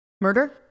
Murder